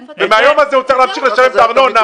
ומהיום הזה הוא צריך להפסיק לשלם את הארנונה.